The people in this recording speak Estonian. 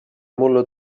mullu